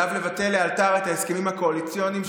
עליו לבטל לאלתר את ההסכמים הקואליציוניים,